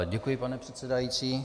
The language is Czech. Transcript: Děkuji, pane předsedající.